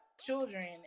children